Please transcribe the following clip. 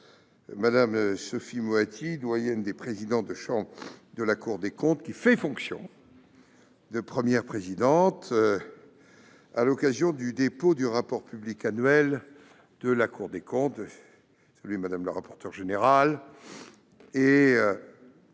Mme Sophie Moati, doyenne des présidents de chambre de la Cour des comptes, faisant fonction de Première présidente, à l'occasion du dépôt du rapport public annuel de la Cour des comptes. La conférence